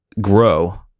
grow